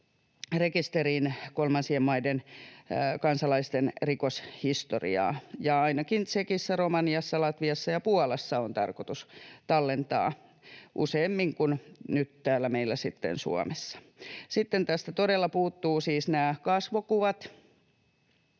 rekisteriin enemmän kolmansien maiden kansalaisten rikoshistoriaa. Ainakin Tšekissä, Romaniassa, Latviassa ja Puolassa on tarkoitus tallentaa useammin kuin nyt täällä meillä Suomessa. Sitten tästä siis todella puuttuvat kasvokuvat,